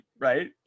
right